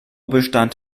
bestand